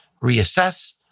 reassess